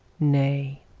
nay,